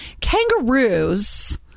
Kangaroos